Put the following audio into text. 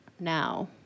now